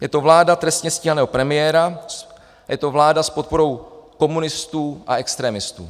Je to vláda trestně stíhaného premiéra, je to vláda s podporou komunistů a extremistů.